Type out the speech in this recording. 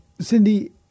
Cindy